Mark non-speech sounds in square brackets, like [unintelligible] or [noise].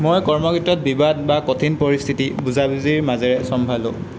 মই কৰ্ম [unintelligible] বিবাদ বা কঠিন পৰিস্থিতি বুজাবুজিৰ মাজেৰে চম্ভালোঁ